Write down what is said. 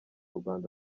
rwanda